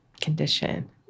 condition